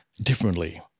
differently